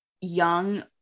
young